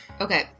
Okay